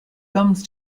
comes